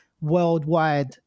worldwide